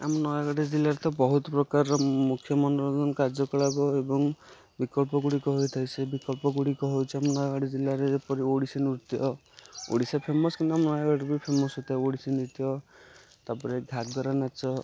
ଆମ ନୟାଗଡ଼ ଜିଲ୍ଲାରେ ତ ବହୁତ ପ୍ରକାରର ମୁଖ୍ୟ ମନୋରଞ୍ଜନ କାର୍ଯ୍ୟକଳାପ ଏବଂ ବିକଳ୍ପଗୁଡ଼ିକ ହୋଇଥାଏ ସେ ବିକଳ୍ପଗୁଡ଼ିକ ହେଉଛି ଆମ ନୟାଗଡ଼ ଜିଲ୍ଲାରେ ଯେପରି ଓଡ଼ିଶୀ ନୃତ୍ୟ ଓଡ଼ିଶା ଫେମସ କିନ୍ତୁ ଆମ ନୟାଗଡ଼ ବି ଫେମସ ହୋଇଥାଏ ଓଡ଼ିଶୀ ନୃତ୍ୟ ତା'ପରେ ଘାଗରା ନାଚ